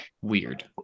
Weird